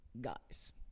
guys